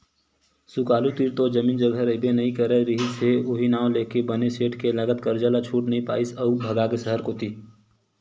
सुकालू तीर तो जमीन जघा रहिबे नइ करे रिहिस हे उहीं नांव लेके बने सेठ के लगत करजा ल छूट नइ पाइस अउ भगागे सहर कोती